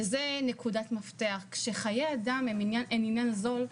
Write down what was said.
זו נקודת מפתח כשחיי אדם הם עניין זול,